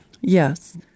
Yes